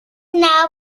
now